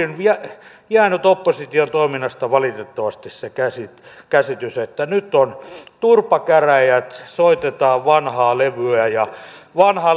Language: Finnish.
onkin jäänyt opposition toiminnasta valitettavasti se käsitys että nyt on turpakäräjät soitetaan vanhaa levyä ja vanhan